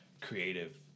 creative